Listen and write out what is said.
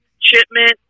shipment